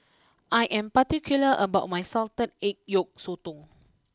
I am particular about my Salted Egg Yolk Sotong